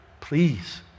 Please